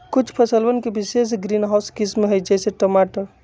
कुछ फसलवन के विशेष ग्रीनहाउस किस्म हई, जैसे टमाटर